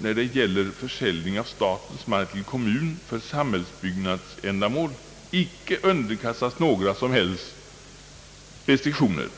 när det gäller försäljning av statens mark till kommun för samhällsbyggnadsändamål icke underkastas några som helst restriktioner.